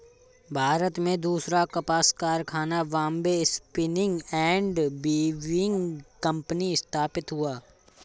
भारत में दूसरा कपास कारखाना Bombay spinning and weaving company स्थापित हुआ